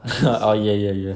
oh ya ya ya ya